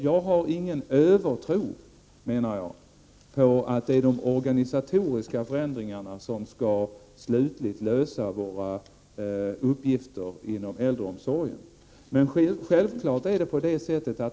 Jag har ingen övertro på att det är de organisatoriska förändringarna som slutligen skall lösa våra uppgifter inom äldreomsorgen.